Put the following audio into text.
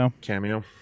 Cameo